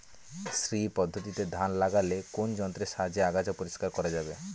শ্রী পদ্ধতিতে ধান লাগালে কোন যন্ত্রের সাহায্যে আগাছা পরিষ্কার করা যাবে?